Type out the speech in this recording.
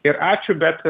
ir ačiū bet